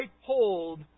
hold